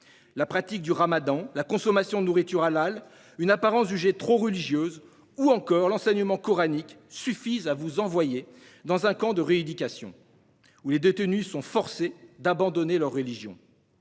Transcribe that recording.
La pratique du ramadan, la consommation de nourriture halal, une apparence jugée trop religieuse ou encore l'enseignement coranique suffisent à vous envoyer dans un camp de rééducation, où les détenus sont forcés d'abandonner leur religion.